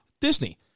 Disney